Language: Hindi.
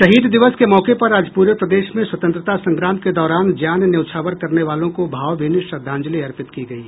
शहीद दिवस के मौके पर आज पूरे प्रदेश में स्वतंत्रता संग्राम के दौरान जान न्यौछावर करने वालो को भावभीनी श्रद्धांजलि अर्पित की गयी